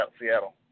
Seattle